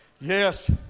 Yes